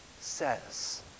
says